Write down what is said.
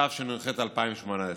התשנ"ח 2018,